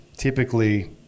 typically